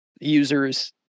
user's